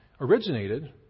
originated